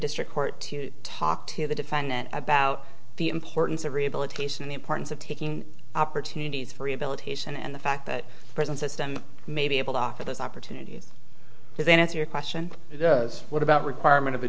district court to talk to the defendant about the importance of rehabilitation the importance of taking opportunities for rehabilitation and the fact that prison system may be able to offer those opportunities and then answer your question does what about requirement of a